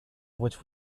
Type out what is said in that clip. which